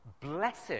Blessed